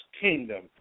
kingdom